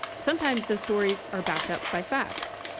sometimes those stories are backed up by facts.